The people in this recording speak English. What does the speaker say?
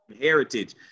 heritage